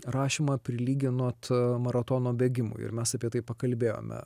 rašymą prilyginot maratono bėgimui ir mes apie tai pakalbėjome